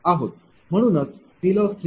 म्हणूनचPLoss3r3P24Q24। V4।21